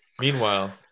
Meanwhile